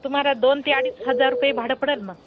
तुम्हाला दोन ते अडीच हजार रुपये भाडं पडेल मग